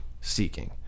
seeking